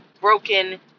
broken